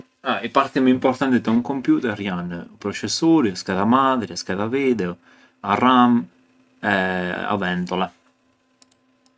I parti më importanti te un computer janë: u processuri, scheda madre, scheda video, a RAM e a ventola.